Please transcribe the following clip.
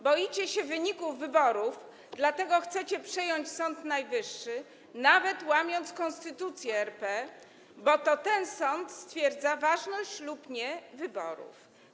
Boicie się wyników wyborów, dlatego chcecie przejąć Sąd Najwyższy, nawet łamiąc Konstytucję RP, bo to ten sąd stwierdza ważność lub nie wyborów.